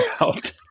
out